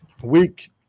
Week